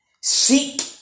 seek